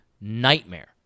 nightmare